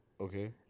Okay